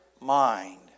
mind